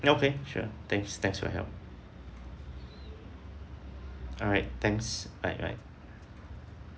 okay sure thanks thanks for you help alright thanks alright alright